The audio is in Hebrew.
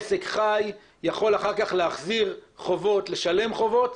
עסק חי יכול אחר כך להחזיר חובות ולשלם חובות.